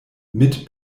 mit